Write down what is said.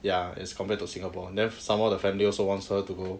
ya as compared to singapore then some more the family also wants her to go